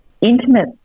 intimate